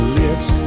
lips